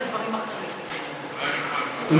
התשע"ה 2015, לוועדת החוקה, חוק ומשפט נתקבלה.